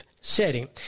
setting